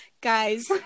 Guys